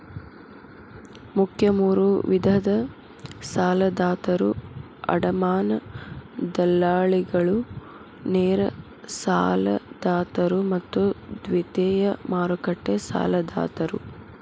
ಮುಖ್ಯ ಮೂರು ವಿಧದ ಸಾಲದಾತರು ಅಡಮಾನ ದಲ್ಲಾಳಿಗಳು, ನೇರ ಸಾಲದಾತರು ಮತ್ತು ದ್ವಿತೇಯ ಮಾರುಕಟ್ಟೆ ಸಾಲದಾತರು